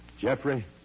Jeffrey